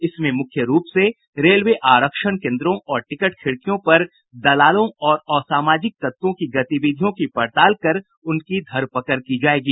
इसमें मुख्य रूप से रेलवे आरक्षण केंद्रों और टिकट खिड़कियों पर दलालों और असामाजिक तत्वों की गतिविधियों की पड़ताल कर उनकी धर पकड़ की जायेगी